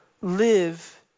live